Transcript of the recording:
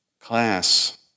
class